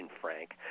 Frank